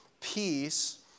peace